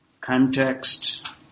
Context